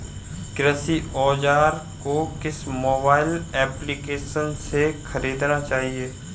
कृषि औज़ार को किस मोबाइल एप्पलीकेशन से ख़रीदना चाहिए?